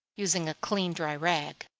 using a clean dry rag.